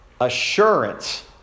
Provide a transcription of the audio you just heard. assurance